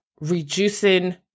reducing